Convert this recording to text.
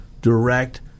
direct